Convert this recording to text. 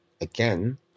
again